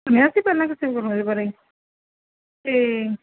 ਸੁਣਿਆ ਸੀ ਪਹਿਲਾਂ ਤੁਸੀਂ ਬਾਰੇ ਅਤੇ